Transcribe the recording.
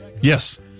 Yes